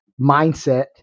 mindset